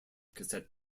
cassette